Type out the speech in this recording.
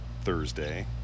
Thursday